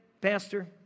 pastor